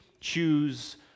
choose